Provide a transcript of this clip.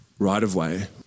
right-of-way